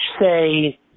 say